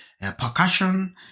percussion